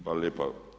Hvala lijepa.